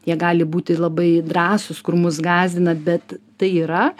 jie gali būti labai drąsūs kur mus gąsdina bet tai yra